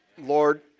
Lord